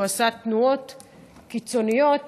כשהוא עשה תנועות קיצוניות,